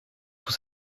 tout